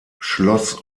schloss